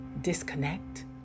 disconnect